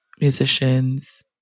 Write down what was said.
musicians